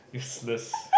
useless